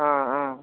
অঁ অঁ